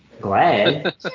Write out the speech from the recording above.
Glad